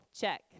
Check